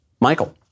Michael